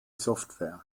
software